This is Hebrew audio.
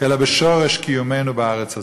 אלא בשורש קיומנו בארץ הזאת.